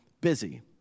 busy